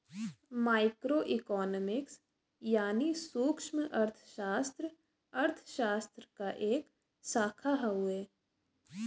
micro economics यानी सूक्ष्मअर्थशास्त्र अर्थशास्त्र क एक शाखा हउवे